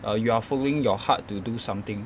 err you are following your heart to do something